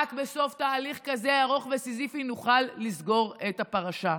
ורק בסוף תהליך כזה ארוך וסיזיפי נוכל לסגור את הפרשה.